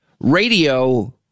Radio